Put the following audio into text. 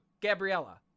Gabriella